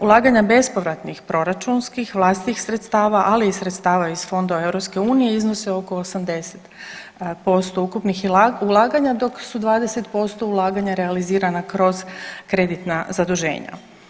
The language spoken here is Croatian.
Ulaganja bespovratnih proračunskih, vlastitih sredstava, ali i sredstava iz fondova EU iznose oko 80% ukupnih ulaganja dok su 20% ulaganja realizirana kroz kreditna zaduženja.